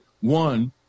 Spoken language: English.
one